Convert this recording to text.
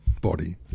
body